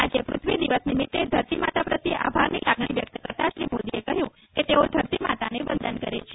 આજે પ્રથ્વી દિવસ નિમિત્તે ધરતી માતા પ્રત્યે આભારની લાગણી વ્યક્ત કરતા શ્રી મોદીએ કહ્યું કે તેઓ ધરતી માતાને વંદન કરે છે